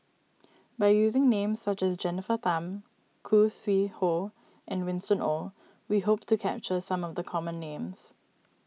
by using names such as Jennifer Tham Khoo Sui Hoe and Winston Oh we hope to capture some of the common names